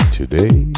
today